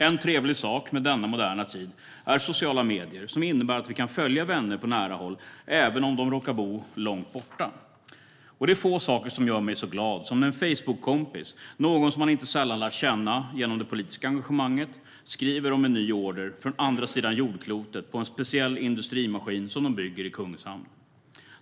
En trevlig sak med denna moderna tid är sociala medier, som innebär att vi kan följa vänner på nära håll, även om de råkar bo långt borta. Det är få saker som gör mig så glad som när en Facebookkompis - någon som man inte sällan har lärt känna genom det politiska engagemanget - skriver om en ny order från andra sidan jordklotet på en speciell industrimaskin som de bygger i Kungshamn.